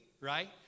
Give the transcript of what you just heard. right